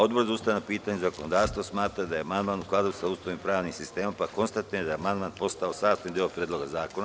Odbor za ustavna pitanja i zakonodavstvo smatra da je amandman u skladu sa Ustavom i pravnim sistemom, pa konstatujem da je amandman postao sastavni deo Predloga zakona.